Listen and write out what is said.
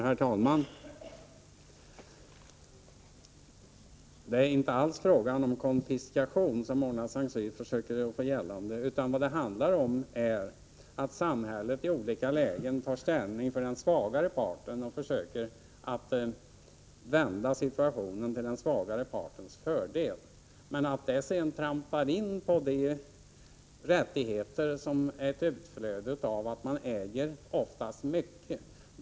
Herr talman! Det är inte alls fråga om konfiskation, som Mona Saint Cyr försöker göra gällande. Vad det handlar om är att samhället i olika lägen tar ställning för den svagare parten och försöker vända situationen till den svagare partens fördel. Följden blir då att samhället trampar in på de rättigheter som är ett utflöde av att man äger — oftast mycket.